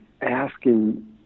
asking